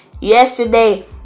yesterday